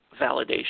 validation